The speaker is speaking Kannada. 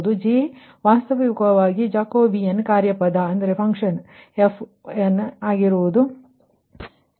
ಆದ್ದರಿಂದ J ಅನ್ನು ವಾಸ್ತವವಾಗಿ ಜಾಕೋಬೀನ್ ಫಂಕ್ಜನ್ fi ಎಂದು ಕರೆಯಲಾಗುತ್ತದೆ